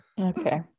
Okay